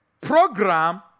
program